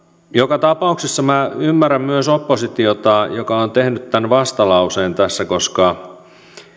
joka tapauksessa minä ymmärrän myös oppositiota joka on tehnyt tämän vastalauseen tässä koska